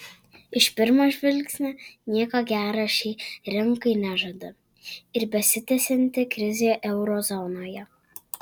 iš pirmo žvilgsnio nieko gero šiai rinkai nežada ir besitęsianti krizė euro zonoje